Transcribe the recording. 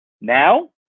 Now